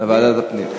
לוועדת הפנים.